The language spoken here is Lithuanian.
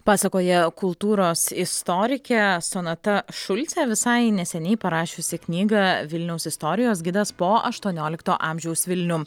pasakoja kultūros istorikė sonata šulcė visai neseniai parašiusi knygą vilniaus istorijos gidas po aštuoniolikto amžiaus vilnių